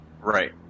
Right